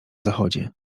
zachodzie